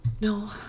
No